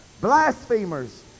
blasphemers